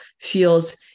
feels